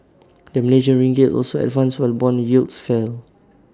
the Malaysian ringgit also advanced while Bond yields fell